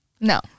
No